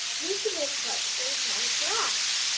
we could make quilts to raise money for us.